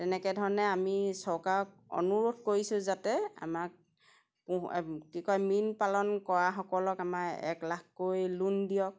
তেনেকৈ ধৰণে আমি চৰকাৰক অনুৰোধ কৰিছোঁ যাতে আমাক কি কয় মীন পালন কৰাসকলক আমাৰ এক লাখকৈ লোন দিয়ক